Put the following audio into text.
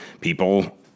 people